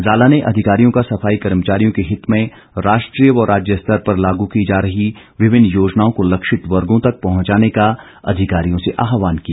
जाला ने अधिकारियों का सफाई कर्मचारियों के हित में राष्ट्रीय व राज्य स्तर पर लागू की जा रही विभिन्न योजनाओं को लक्षित वर्गों तक पहंचाने का अधिकारियों से आहवान किया